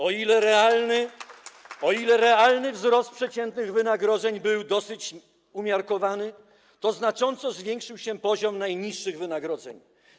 O ile realny wzrost przeciętnych wynagrodzeń był dosyć umiarkowany, o tyle znacząco zwiększył się poziom najniższych wynagrodzeń.